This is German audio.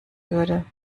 würde